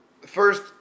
First